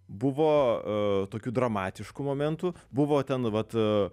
buvo tokių dramatiškų momentų buvo ten vat